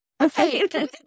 okay